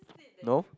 no